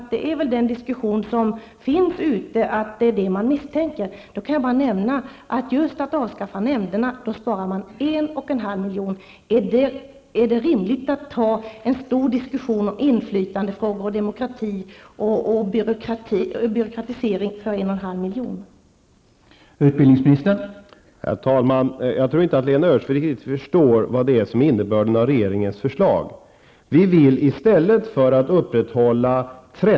Det är nämligen den diskussion som förekommer ute, och det är detta man misstänker. Jag kan nämna att genom att avskaffa nämnderna spar man 1,5 milj.kr. Är det rimligt att ta en stor diskussion om inflytandefrågor, demokrati och byråkratisering för 1,5 milj.kr.?